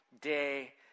day